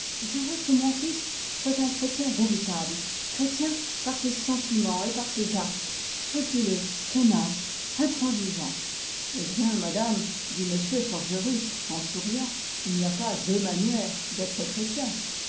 je veux que mon fils soit un chrétien véritable chrétien par ses sentiments et par ses actes scrupuleux tenace intransigeant eh madame dit m forgerus en souriant il n'y a pas deux manières d'être chrétien